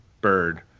bird